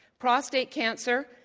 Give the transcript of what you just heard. prostate cancer,